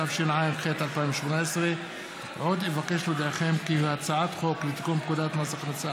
התשע"ח 2018. עוד אבקש להודיעכם כי הצעת חוק לתיקון פקודת מס הכנסה